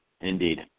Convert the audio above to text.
Indeed